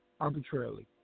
arbitrarily